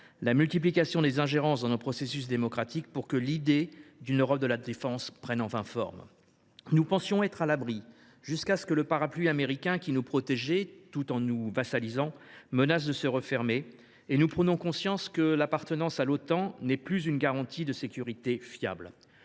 la multiplication des ingérences dans nos processus démocratiques, pour que l’idée d’une Europe de la défense prenne enfin forme. Nous pensions être à l’abri, jusqu’à ce que le parapluie américain, qui nous protégeait tout en nous vassalisant, menace de se refermer, et nous prenons conscience que l’appartenance à l’Otan n’est plus une garantie de sécurité fiable.